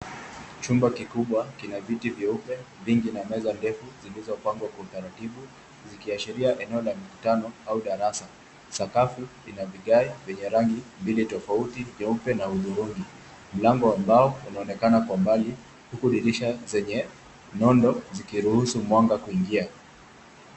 Chumba kikubwa kina viti vyeupe vingi na meza ndefu zilizopangwa kwa utaratibu zikiashiria eneo la mikutano au darasa. Sakafu ina vigae vyenye rangi mbili tofauti, nyeupe na hudhurungi. Mlango wa mbao unaonekana kwa mbali huku dirisha zenye nondo zikiruhusu mwanga kuingia.